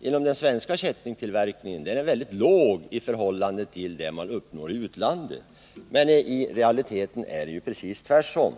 inom den svenska kättingtillverkningen är väldigt lågt i förhållande till vad man uppnår iutlandet. Men i realiteten är det ju precis tvärtom.